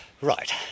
right